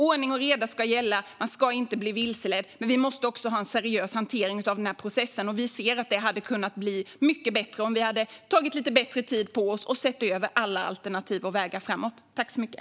Ordning och reda ska gälla, och man ska inte bli vilseledd. Det måste dock vara en seriös hantering av processen, och vi ser att det hade kunnat bli mycket bättre om man hade fått lite längre tid på sig att se över alla alternativ och vägar framåt.